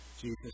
Jesus